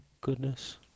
goodness